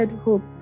hope